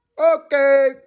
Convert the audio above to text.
Okay